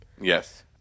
Yes